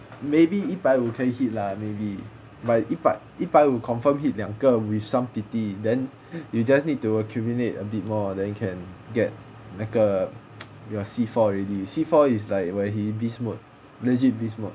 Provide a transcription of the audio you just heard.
maybe 一百五可以 hit lah maybe like 一百五 confirm hit 两个 with some pity then you just need to accumulate a bit more than you can get 那个 your C four already C four is like where he bismuth legit bismuth